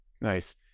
Nice